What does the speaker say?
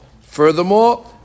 Furthermore